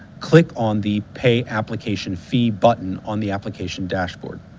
click on the pay application fee button on the application dashboard.